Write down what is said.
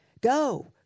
Go